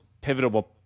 pivotal